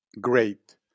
Great